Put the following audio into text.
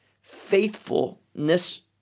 faithfulness